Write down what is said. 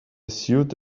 suite